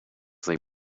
they